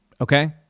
okay